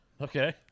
Okay